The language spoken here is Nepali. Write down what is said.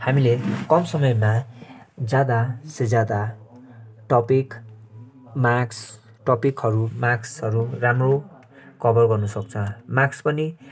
हामीले कम समयमा ज्यादा से ज्यादा टपिक मार्क्स टपिकहरू मार्क्सहरू राम्रो कभर गर्नु सक्छ मार्क्स पनि